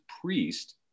priest